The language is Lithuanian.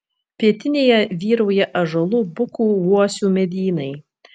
pietinėje vyrauja ąžuolų bukų uosių medynai